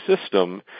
system